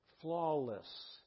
flawless